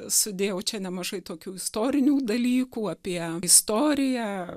sudėjau čia nemažai tokių istorinių dalykų apie istoriją